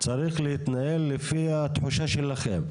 צריך להתנהל לפי התחושה שלכם.